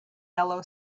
yellow